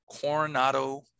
Coronado